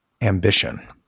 ambition